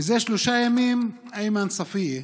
מזה שלושה ימים איימן ספיה,